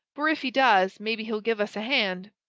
for if he does, maybe he'll give us a hand.